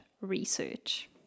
research